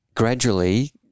Gradually